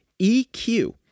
EQ